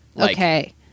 Okay